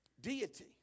deity